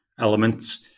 elements